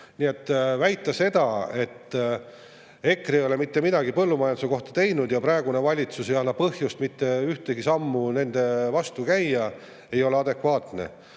Nii et väita seda, et EKRE ei ole mitte midagi põllumajanduse heaks teinud ja praegune valitsus ei anna põhjust mitte ühtegi sammu nende vastu [astuda], ei ole adekvaatne.